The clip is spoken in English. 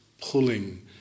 pulling